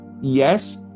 Yes